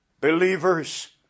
Believers